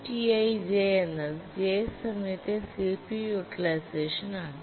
UTi j എന്നത് j സമയത്തെ C P U utilization ആണ്